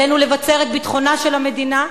עלינו לבצר את ביטחונה של המדינה,